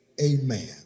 Amen